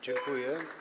Dziękuję.